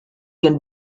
can